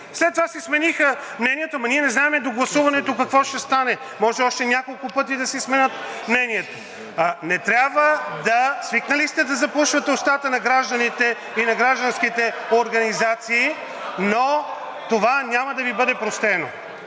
След това си смениха мнението, но ние не знаем до гласуването какво ще стане, може още няколко пъти да си сменят мнението. (Силен шум и реплики от ГЕРБ-СДС.) Свикнали сте да запушване устата на гражданите и на гражданските организации, но това няма да Ви бъде простено.